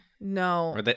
No